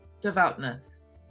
devoutness